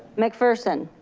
mcpherson?